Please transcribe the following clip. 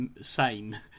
sane